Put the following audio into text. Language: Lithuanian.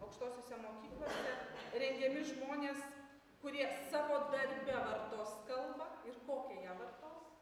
aukštosiose mokyklose rengiami žmonės kurie savo darbe vartos kalbą ir kokią ją vartos